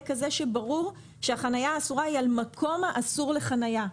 כזה שברור שהחנייה האסורה היא על מקום האסור לחנייה.